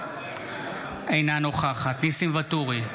אינה נוכחת ניסים ואטורי,